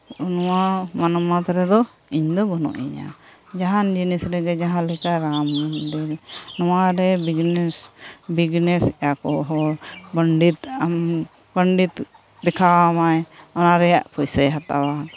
ᱱᱚᱣᱟ ᱢᱟᱱᱚᱢᱟᱛ ᱨᱮᱫᱚ ᱤᱧᱫᱚ ᱵᱟᱹᱱᱩᱜ ᱤᱧᱟᱹ ᱡᱟᱦᱟᱱ ᱡᱤᱱᱤᱥ ᱨᱮᱜᱮ ᱡᱟᱦᱟᱸᱞᱮᱠᱟ ᱨᱟᱢ ᱫᱤᱱ ᱱᱚᱣᱟᱨᱮ ᱵᱤᱡᱽᱱᱮᱥ ᱵᱤᱡᱽᱮᱱᱥ ᱮᱫᱟᱠᱚ ᱦᱚᱲ ᱯᱚᱱᱰᱤᱛ ᱟᱢ ᱯᱚᱱᱰᱤᱛ ᱫᱮᱠᱷᱟᱣᱟᱢᱟᱭ ᱚᱱᱟ ᱨᱮᱭᱟᱜ ᱯᱩᱭᱥᱟᱭ ᱦᱟᱛᱟᱣᱟ